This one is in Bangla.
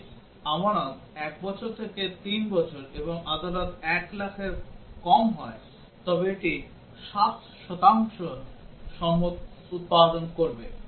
যদি আমানত 1 বছর থেকে 3 বছর এবং আমানত 1 লাখের কম হয় তবে এটি 7 শতাংশ উৎপাদন করবে